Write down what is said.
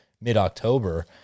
mid-october